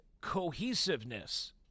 Cohesiveness